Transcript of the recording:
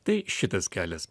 tai šitas kelias